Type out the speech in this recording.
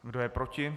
Kdo je proti?